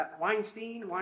Weinstein